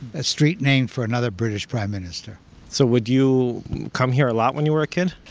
a street named for another british prime minister so would you come here a lot when you were a kid?